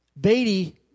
Beatty